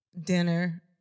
dinner